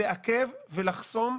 לעכב ולחסום,